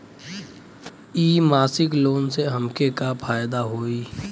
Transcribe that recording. इ मासिक लोन से हमके का फायदा होई?